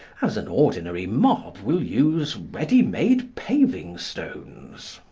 as an ordinary mob will use ready-made paving-stones.